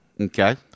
Okay